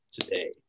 today